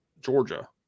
Georgia